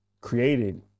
created